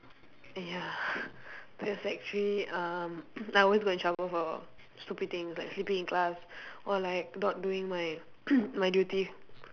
ya then sec three um I always got in trouble for stupid things like sleeping in class or like not doing my my duty